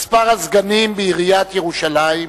(מספר הסגנים בעיריית ירושלים),